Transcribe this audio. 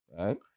Right